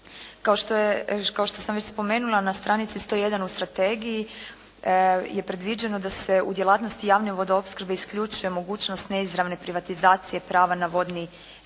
kao što sam već spomenula na stranici 101 u strategiji je predviđeno da se u djelatnosti javne vodoopskrbe isključuje mogućnost neizravne privatizacije prava na vodni resurs,